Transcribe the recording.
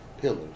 pillars